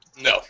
No